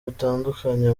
bitandukanye